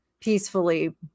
peacefully